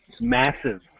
massive